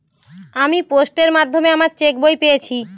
আমি পোস্টের মাধ্যমে আমার চেক বই পেয়েছি